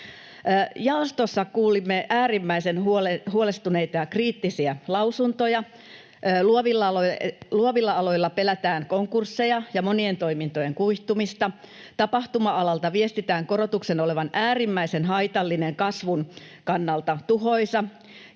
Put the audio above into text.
Jaostossa kuulimme äärimmäisen huolestuneita ja kriittisiä lausuntoja. Luovilla aloilla pelätään konkursseja ja monien toimintojen kuihtumista. Tapahtuma-alalta viestitään korotuksen olevan äärimmäisen haitallinen kasvun kannalta, tuhoisa.